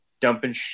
dumping